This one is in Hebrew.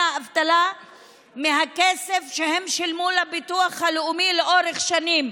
האבטלה מהכסף שהם שילמו לביטוח הלאומי לאורך שנים,